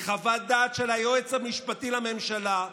היא חוות דעת של היועץ המשפטי לממשלה,